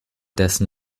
dessen